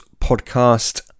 podcast